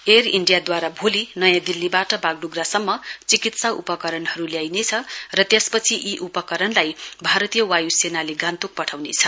air इन्डियाद्वारा भोलि नयाँ दिल्लीबाट बागडोगरा सम्म चिकित्सा उपकरणहरू ल्याइनेछ र त्यसपछि यी उपकरणलाई भारतीय वायु सेनाले गान्तोक पठाउनेछ